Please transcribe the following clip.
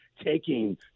taking